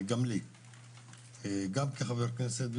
וגם כחבר כנסת,